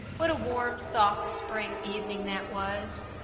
what a warm, soft spring evening that was,